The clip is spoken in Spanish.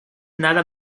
nada